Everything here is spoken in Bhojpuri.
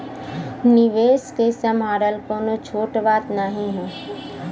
निवेस के सम्हारल कउनो छोट बात नाही हौ